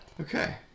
Okay